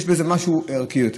יש בזה משהו ערכי יותר.